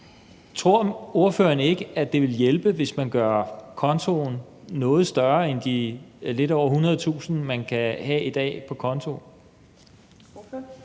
Tror ordføreren ikke, at det ville hjælpe, hvis man gjorde kontoen noget større end de lidt over 100.000 kr., man kan have i dag på kontoen?